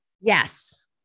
Yes